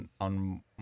on